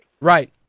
Right